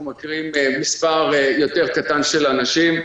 אנחנו מכירים מספר קטן יותר של אנשים.